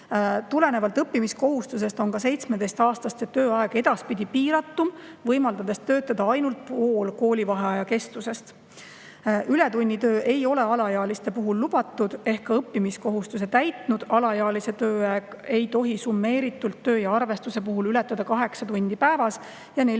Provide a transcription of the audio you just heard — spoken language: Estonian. Tulenevalt õppimiskohustusest on ka 17-aastaste tööaeg edaspidi piiratum, võimaldades töötada ainult pool koolivaheaja kestusest. Ületunnitöö ei ole alaealiste puhul lubatud ehk õppimiskohustuse täitnud alaealise tööaeg ei tohi summeeritult tööarvestuse puhul ületada 8 tundi päevas ja 40 tundi